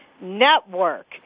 Network